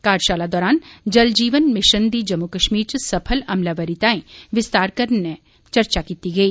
कार्यशाला दौरान जल जीवन भिशन दी जम्मू कश्मीर च सफल अमलावरी ताईं विस्तार कन्ने चर्चा कीती गेई